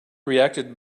reacted